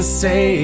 say